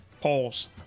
polls